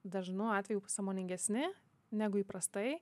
dažnu atveju sąmoningesni negu įprastai